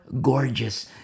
gorgeous